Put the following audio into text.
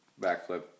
Backflip